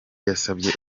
yasabye